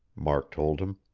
mark told him.